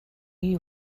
you